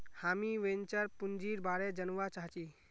हामीं वेंचर पूंजीर बारे जनवा चाहछी